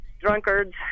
drunkards